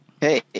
hey